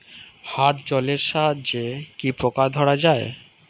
হাত জলের সাহায্যে কি পোকা ধরা যায়?